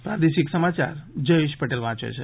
પ્રાદેશિક સમાચાર જયેશ પટેલ વાંચે છે